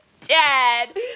dead